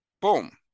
Boom